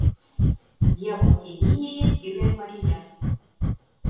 dievo tėvynėje gimė marija